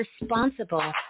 responsible